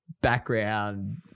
background